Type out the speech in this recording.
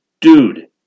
dude